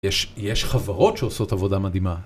יש חברות שעושות עבודה מדהימה.